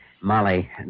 Molly